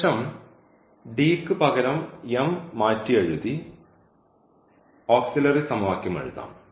ശേഷം ക്ക് പകരം മാറ്റിയെഴുതി ഓക്സിലറി സമവാക്യം എഴുതാം